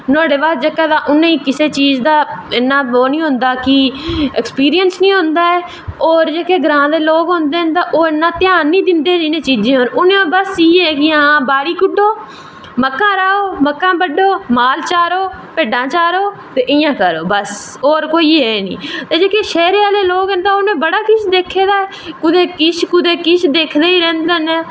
नोहाड़े बाद उनेंगी किसे चीज दा इन्ना ओह् नी होंदा अक्सपिरिंस नी होंदा ऐ होर ग्रांऽदो लोग होंदे न ओह् इन्ना ध्यान नी दिंदे न इनें चीजें पर उनें इयै ऐ कि बस बाड़ी गुड्डो मक्कां रहाओ मक्कां बड्डो माल चारो भिडां चारो ते इयां करो बस होर किश है नी ते शैह्रें आह्ले जेह्कके लोग न उनें बड़ा किश दिक्खे दा ऐ कुदै किश कुदै किश दिखदे गै रैंह्दे न